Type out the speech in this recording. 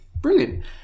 brilliant